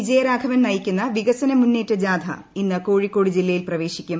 വിജയരാഘവൻ നയിക്കുന്ന വികസന മുന്നേറ്റ ജാഥ ഇന്ന് കോഴിക്കോട് ജില്ലയിൽ പ്രവേശിക്കും